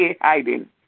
hiding